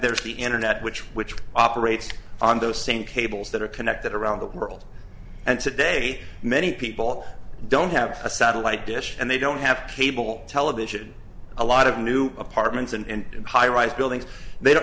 there's the internet which which operates on those same cables that are connected around the world and today many people don't have a satellite dish and they don't have cable television a lot of new apartments and high rise buildings they don't